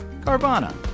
Carvana